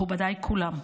מכובדיי כולם,